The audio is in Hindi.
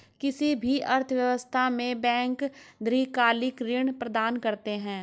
किसी भी अर्थव्यवस्था में बैंक दीर्घकालिक ऋण प्रदान करते हैं